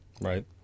right